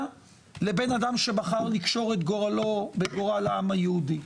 לבין אדם שבחר לקשור גורלו בגורל העם היהודי.